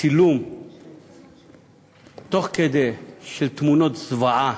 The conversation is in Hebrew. צילום תוך-כדי של תמונות זוועה.